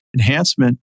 enhancement